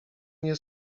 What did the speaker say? nie